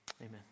Amen